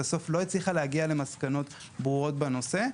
ובסוף לא הצליחה להגיע למסקנות ברורות בנושא.